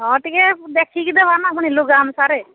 ହଁ ଟିକେ ଦେଖିକି ଦେବା ନା ପୁଣି ଲୁଗା ଅନୁସାରେ